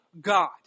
God